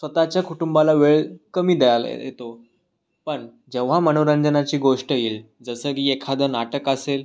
स्वतःच्या कुटुंबाला वेळ कमी द्यायला येतो पण जेव्हा मनोरंजनाची गोष्ट योईल जसं की एखादं नाटक असेल